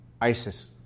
ISIS